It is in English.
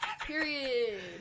Period